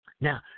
Now